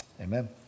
Amen